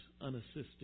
unassisted